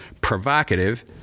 provocative